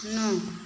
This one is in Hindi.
नौ